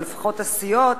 או לפחות הסיעות.